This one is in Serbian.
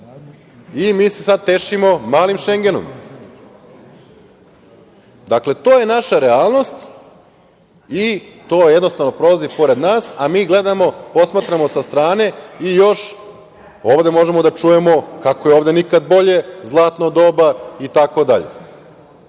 i mi se sada tešimo „malim Šengenom“.Dakle, to je naša realnost i to jednostavno prolazi pored nas, a mi gledamo, posmatramo sa strane i još ovde možemo da čujemo kako je ovde nikada bolje, zlatno doba i tako dalje. Dakle,